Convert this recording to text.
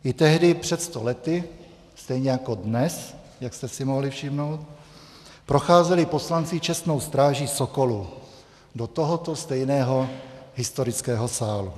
I tehdy, před sto lety, stejně jako dnes, jak jste si mohli všimnout, procházeli poslanci čestnou stráží sokolů do tohoto stejného historického sálu.